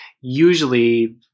usually